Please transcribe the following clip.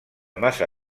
massa